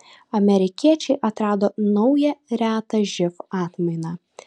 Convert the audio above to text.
amerikiečiai atrado naują retą živ atmainą